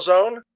Zone